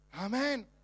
Amen